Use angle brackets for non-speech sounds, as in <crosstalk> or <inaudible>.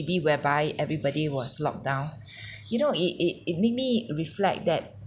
whereby everybody was locked down <breath> you know it it it made me reflect that